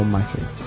Market